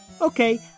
Okay